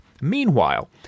Meanwhile